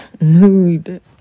mood